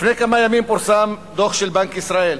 לפני כמה ימים פורסם דוח בנק ישראל